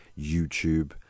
YouTube